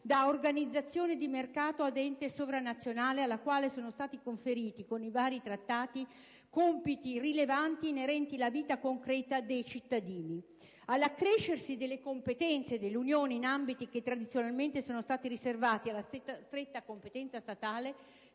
da organizzazione di mercato ad ente sovranazionale alla quale sono stati conferiti, con i vari trattati, rilevantissimi compiti inerenti la vita concreta dei cittadini. All'accrescersi delle competenze dell'Unione in ambiti che tradizionalmente erano stati riservati alla stretta competenza statale